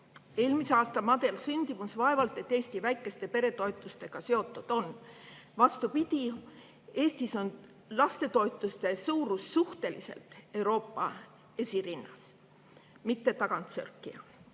Eelmise aasta madal sündimus vaevalt et Eesti väikeste peretoetustega seotud on. Vastupidi, Eestis on lastetoetuste suurus suhteliselt Euroopa esirinnas, mitte tagasörkija.